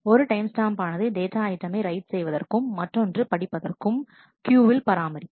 ஒரு time stamp ஆனது data ஐட்டமை ரைட் செய்வதற்கும் மற்றொன்று படிப்பதற்கும் க்யூவில் பராமரிக்கும்